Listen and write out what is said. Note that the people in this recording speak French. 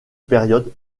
période